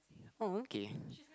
oh okay